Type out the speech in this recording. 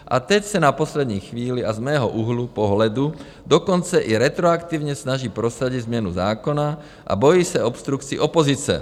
A teď se na poslední chvíli, a z mého úhlu pohledu dokonce i retroaktivně, snaží prosadit změnu zákona a bojí se obstrukcí opozice.